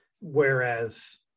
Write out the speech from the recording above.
Whereas